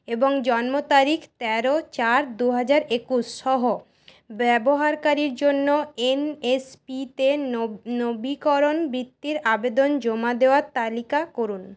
এবং জন্ম তারিখ তেরো চার দু হাজার একুশ সহ ব্যবহারকারীর জন্য এন এস পিতে নব নবীকরণ বৃত্তির আবেদন জমা দেওয়ার তালিকা করুন